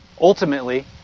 ultimately